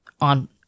on